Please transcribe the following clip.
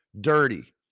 dirty